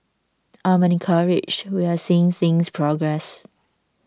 I'm encouraged we're seeing things progress